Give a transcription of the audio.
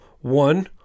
One